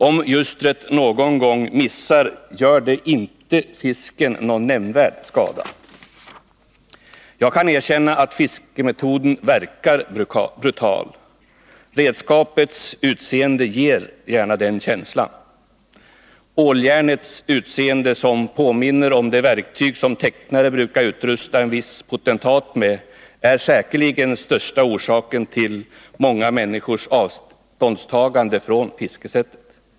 Om ljustret någon gång missar, gör det inte fisken någon nämnvärd skada. Jag kan erkänna att fiskemetoden verkar brutal. Redskapets utseende ger gärna den känslan. Åljärnets form, som påminner om det verktyg som tecknare brukar utrusta en viss potentat med, är säkerligen den största orsaken till många människors avståndstagande från fiskesättet.